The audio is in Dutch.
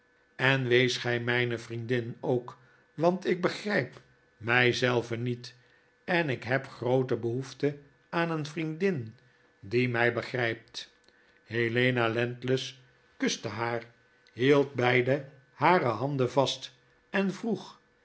en wees gy mijne vriendin ook want ik begryp my zelve niet en ik heb groote behoefte aan een vriendin die my begrypt helena landless kuste haar hield beide hare handen vast en vroeg